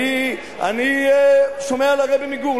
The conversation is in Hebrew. אני שומע לרבי מגור,